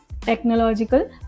technological